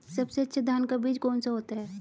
सबसे अच्छा धान का बीज कौन सा होता है?